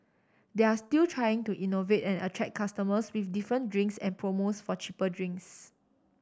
they're still trying to innovate and attract customers with different drinks and promos for cheaper drinks